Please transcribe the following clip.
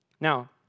Now